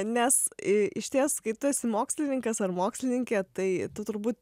nes i išties kai tu esi mokslininkas ar mokslininkė tai tu turbūt